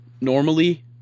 normally